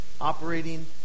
operating